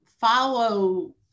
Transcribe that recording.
follow